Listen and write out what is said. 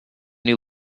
new